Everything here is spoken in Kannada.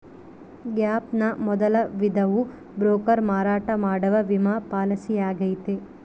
ಗ್ಯಾಪ್ ನ ಮೊದಲ ವಿಧವು ಬ್ರೋಕರ್ ಮಾರಾಟ ಮಾಡುವ ವಿಮಾ ಪಾಲಿಸಿಯಾಗೈತೆ